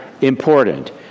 important